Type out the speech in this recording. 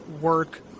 work